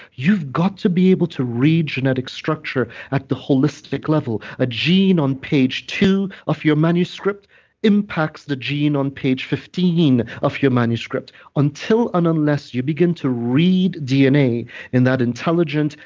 you've got to be able to read genetic structure at the holistic level. a gene on page two of your manuscript impacts the gene on page fifteen of your manuscript until and unless you begin to read dna in that intelligent,